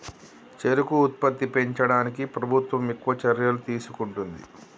చెరుకు ఉత్పత్తి పెంచడానికి ప్రభుత్వం ఎక్కువ చర్యలు తీసుకుంటుంది